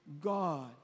God